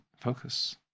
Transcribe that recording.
focus